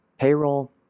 payroll